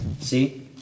See